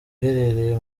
iherereye